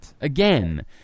again